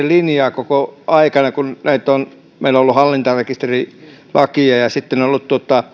linjaa koko aikana kun meillä on ollut hallintarekisterilakia ja ja on ollut